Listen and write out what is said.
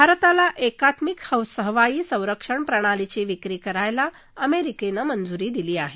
भारताला एकात्मिक हवाई संरक्षण प्रणालीची विक्री करायला अमेरिकेनं मंजुरी दिली आहे